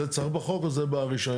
זה צריך בחוק או ברישיון?